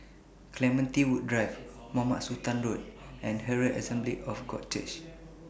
Clementi Woods Drive Mohamed Sultan Road and Herald Assembly of God Church